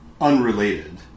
Unrelated